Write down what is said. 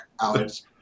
Alex